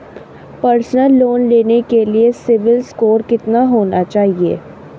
Personal loan लेने के लिए सिबिल स्कोर कितना होना चाहिए?